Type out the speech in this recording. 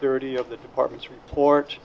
thirty of the department's report